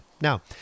Now